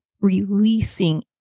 releasing